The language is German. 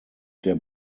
der